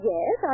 Yes